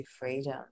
freedom